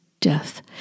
death